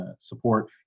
support